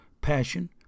passion